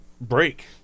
break